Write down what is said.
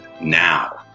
now